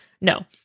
No